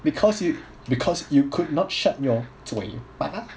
because you because you could not shut your 嘴巴